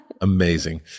Amazing